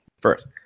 First